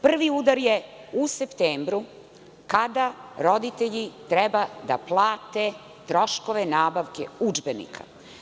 Prvi udar je u septembru kada roditelji treba da plate troškove nabavke udžbenika.